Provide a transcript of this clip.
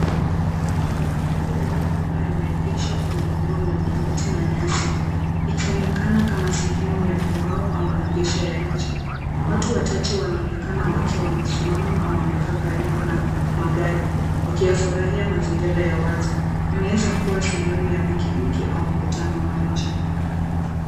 Kuna magari aliyokuwa ameendesha kwenye eneo lenye miti na nyasi, ikionekana kama sehemu ya pumbao au maegesho ya nje, watu wachache wanaonekana wakiwa wamesimama au wamekaa karibu na magari, wakiafurahia mazingira ya wazi, Inaweza kuwa sehemu ya pikipiki au mkutano wa nje.